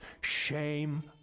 Shame